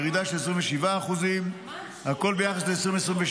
ירידה של 27%. הכול ביחס ל-2022,